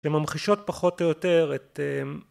וממחישות פחות או יותר את